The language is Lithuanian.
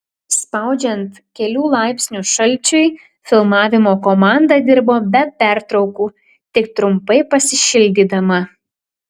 spaudžiant kelių laipsnių šalčiui filmavimo komanda dirbo be pertraukų tik trumpai pasišildydama